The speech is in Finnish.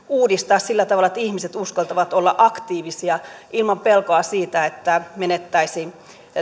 uudistaa sillä tavalla että ihmiset uskaltavat olla aktiivisia ilman pelkoa siitä että menettäisivät